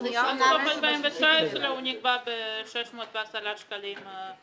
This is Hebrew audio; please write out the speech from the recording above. בסף 2019 הוא נקבע ב-610 שקלים.